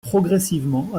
progressivement